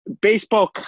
Baseball